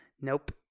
Nope